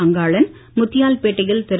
அங்காளன் முத்தியால்பேட்டையில் திரு